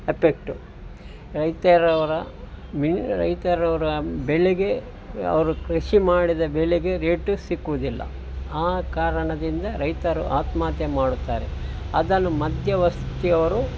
effect ರೈತರವರ ಮಿನ್ ರೈತರವರ ಬೆಲೆಗೆ ಅವರು ಕೃಷಿ ಮಾಡಿದ ಬೆಲೆಗೆ ರೇಟು ಸಿಕ್ಕುವುದಿಲ್ಲ ಆ ಕಾರಣದಿಂದ ರೈತರು ಆತ್ಮಹತ್ಯೆ ಮಾಡುತ್ತಾರೆ ಅದನ್ನು ಮಧ್ಯವರ್ತಿ ಅವರು